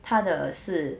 他的是